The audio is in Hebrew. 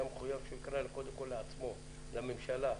הוא היה חייב לקרוא קודם כול לעצמו, לממשלה.